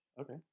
okay